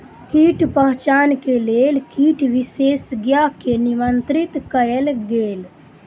कीट पहचान के लेल कीट विशेषज्ञ के निमंत्रित कयल गेल